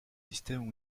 systèmes